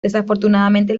desafortunadamente